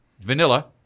vanilla